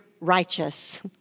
righteous